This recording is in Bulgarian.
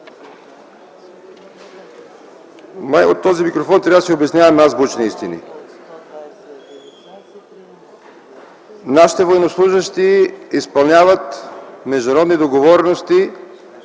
от този микрофон трябва да си обясняваме азбучни истини. Нашите военнослужещи изпълняват международни договорености